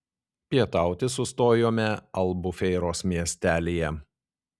pietauti sustojome albufeiros miestelyje